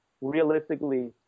realistically